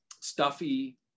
stuffy